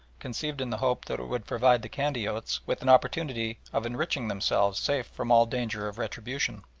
conceived in the hope that it would provide the candiotes with an opportunity of enriching themselves safe from all danger of retribution.